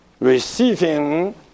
receiving